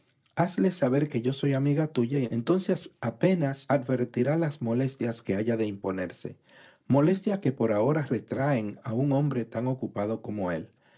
hazle saber que soy amiga tuya y entonces apenas advertirá las molestias que haya de imponerse molestias que ahora retraen a un hombre tan ocupado como él